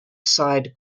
side